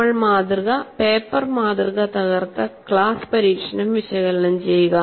നമ്മൾ മാതൃക പേപ്പർ മാതൃക തകർത്ത ക്ലാസ് പരീക്ഷണം വിശകലനം ചെയ്യുക